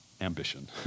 ambition